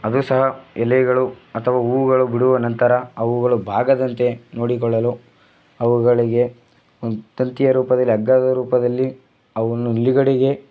ಅದು ಸಹ ಎಲೆಗಳು ಅಥವಾ ಹೂವುಗಳು ಬಿಡುವ ನಂತರ ಅವುಗಳು ಭಾಗದಂತೆ ನೋಡಿಕೊಳ್ಳಲು ಅವುಗಳಿಗೆ ಒಂದು ತಂತಿಯ ರೂಪದಲ್ಲಿ ಹಗ್ಗದ ರೂಪದಲ್ಲಿ ಅವನ್ನು ನಿಲುಗಡೆಗೆ